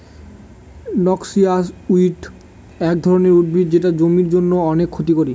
noxious weed এক ধরনের উদ্ভিদ যেটা জমির জন্য অনেক ক্ষতি করে